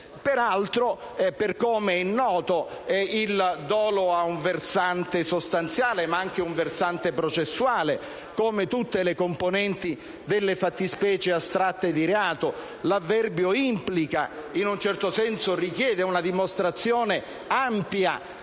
Peraltro, com'è noto, il dolo ha un versante sostanziale, ma anche un versante processuale, come tutte le componenti delle fattispecie astratte di reato. L'avverbio implica ed in un certo senso richiede una dimostrazione ampia